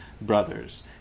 brothers